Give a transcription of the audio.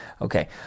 okay